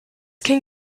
can